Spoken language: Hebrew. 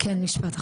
כן, משפט אחרון.